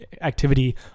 Activity